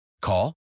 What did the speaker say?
Call